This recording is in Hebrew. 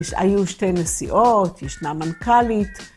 ‫היו שתי נשיאות, ישנה מנכ"לית.